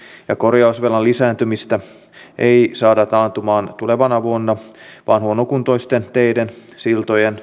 ja korjausvelan lisääntymistä ei saada taantumaan tulevana vuonna vaan huonokuntoisten teiden siltojen